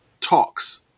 talks